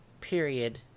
period